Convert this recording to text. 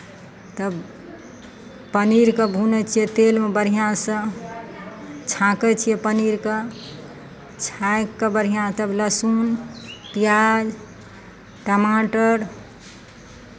तब पनीरकेँ भूनै छियै तेलमे बढ़िआँसँ छाँकै छियै पनीरकेँ छाँकि कऽ बढ़िआँ तब लहसुन पियाज टमाटर